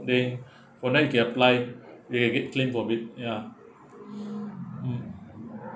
there for them to apply they will get claim from it ya mm